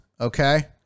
okay